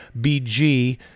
bg